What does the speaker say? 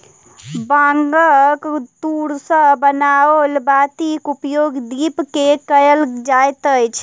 बांगक तूर सॅ बनाओल बातीक उपयोग दीप मे कयल जाइत अछि